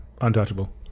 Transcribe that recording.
Untouchable